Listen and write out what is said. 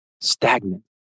stagnant